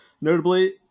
Notably